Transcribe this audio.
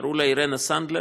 קראו לה אירנה סנדלר.